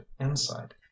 insight